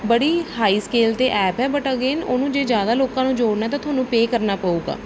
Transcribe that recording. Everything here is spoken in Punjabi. ਬੜੀ ਹਾਈ ਸਕੇਲ 'ਤੇ ਐਪ ਹੈ ਬੱਟ ਅਗੇਨ ਉਹਨੂੰ ਜੇ ਜ਼ਿਆਦਾ ਲੋਕਾਂ ਨੂੰ ਜੋੜਨਾ ਤਾਂ ਤੁਹਾਨੂੰ ਪੇ ਕਰਨਾ ਪਊਗਾ